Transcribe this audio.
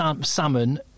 salmon